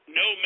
no